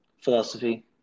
philosophy